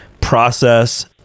process